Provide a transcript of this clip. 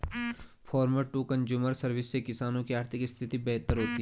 farmer to consumer service से किसानों की आर्थिक स्थिति बेहतर होती है